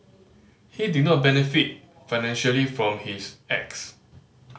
he did not benefit financially from his acts